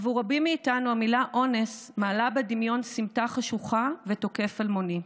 עבור רבים מאיתנו המילה "אונס" מעלה בדמיון סמטה חשוכה ותוקף אלמוני,